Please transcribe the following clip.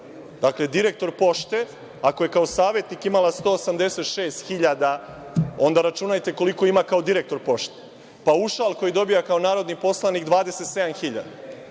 strane. Dakle, direktor Pošte, ako je kao savetnik imala 186.000, onda računajte koliko ima kao direktor Pošte. Paušal koji dobija kao narodni poslanik 27.000,